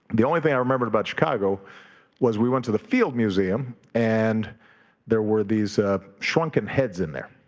the only thing i remembered about chicago was we went to the field museum, and there were these shrunken heads in there,